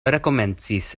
rekomencis